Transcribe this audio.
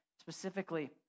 specifically